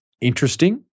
interesting